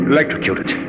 Electrocuted